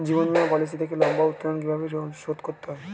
জীবন বীমা পলিসি থেকে লম্বা উত্তোলন কিভাবে শোধ করতে হয়?